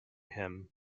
him